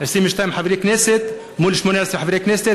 22 חברי כנסת מול 18 חברי כנסת,